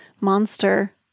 monster